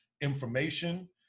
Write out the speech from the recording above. information